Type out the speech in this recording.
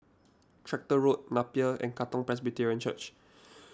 Tractor Road Napier and Katong Presbyterian Church